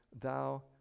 Thou